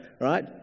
right